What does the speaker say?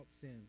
sin